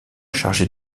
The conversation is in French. chargé